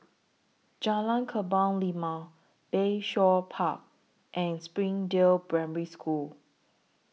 Jalan Kebun Limau Bayshore Park and Springdale Primary School